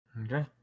Okay